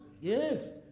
Yes